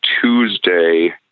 Tuesday